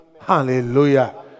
Hallelujah